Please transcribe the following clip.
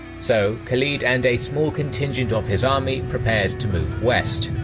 so, khalid and a small contingent of his army prepared to move west.